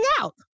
out